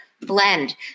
blend